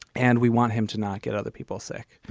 and we want him to not get other people sick.